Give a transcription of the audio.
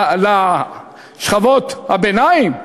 לשכבות הביניים?